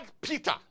Peter